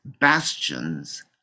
bastions